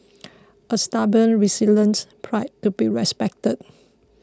a stubborn resilient pride to be respected